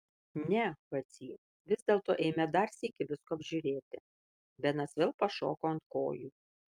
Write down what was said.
ne vacy vis dėlto eime dar sykį visko apžiūrėti benas vėl pašoko ant kojų